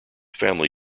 family